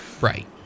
Right